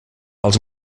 els